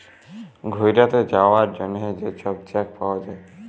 ঘ্যুইরতে যাউয়ার জ্যনহে যে ছব চ্যাক পাউয়া যায়